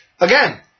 again